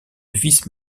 vice